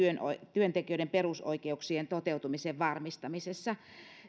työntekijöiden perusoikeuksien toteutumisen varmistamisessa